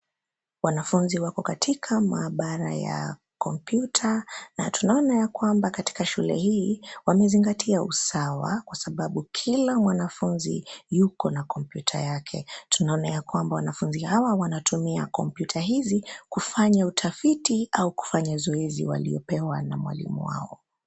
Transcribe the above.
Wanafunzi wako katika maabara ya kompyuta na tunaona ya kwamba katika shule hii wamezingatia usawa kwa sababu kila mwanafunzi yuko na kompyuta yake tunaona ya kwamba wanafuzi hawa wanatumia kompyuta hizi kufanya utafiti au kufanya zoezi waliyopewa na mwalimu wao.